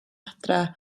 adre